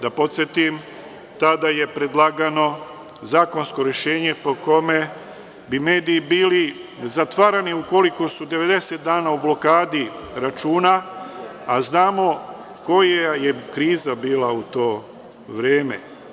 Da podsetim tada je predlagano zakonsko rešenje po kome bi mediji bili zatvarani ukoliko su 90 dana u blokadi računa, a znamo koja je kriza bila u to vreme.